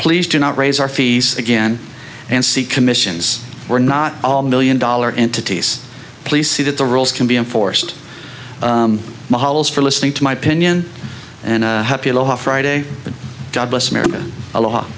please do not raise our fees again and see commissions were not all million dollar entities please see that the rules can be enforced models for listening to my opinion and happy aloha friday god bless america a lot